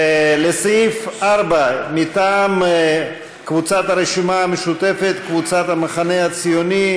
לסעיף 4, הסתייגות 1, של חברי הכנסת איימן